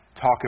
talk